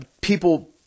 people